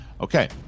Okay